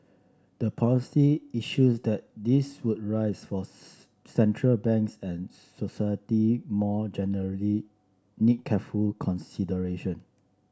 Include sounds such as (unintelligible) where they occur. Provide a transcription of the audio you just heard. the policy issues that this would raise for (unintelligible) central banks and society more generally need careful consideration